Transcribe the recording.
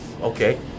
Okay